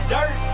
Dirt